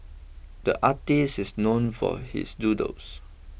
the artist is known for his doodles